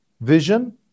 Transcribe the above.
vision